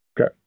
Okay